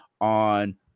on